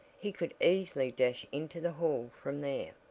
he could easily dash into the hall from there.